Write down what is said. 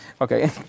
Okay